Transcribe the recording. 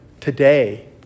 today